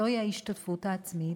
זוהי ההשתתפות העצמית.